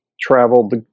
traveled